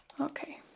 Okay